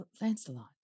Lancelot